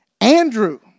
Andrew